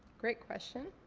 great question.